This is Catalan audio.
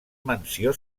mansió